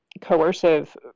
coercive